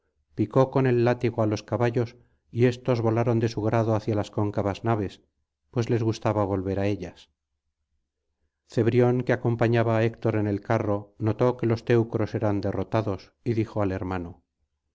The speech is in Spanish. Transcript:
picó con el látigo á los caballos y éstos volaron de su grado hacia las cóncavas naves pues les gustaba volver á ellas ce brin que acompañaba á héctor en el carro notó que los teucros eran derrotados y dijo al hermano